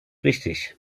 richtig